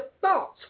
thoughts